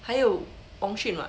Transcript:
还有 ong xun [what]